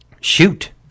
Shoot